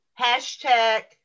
Hashtag